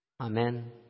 Amen